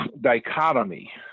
dichotomy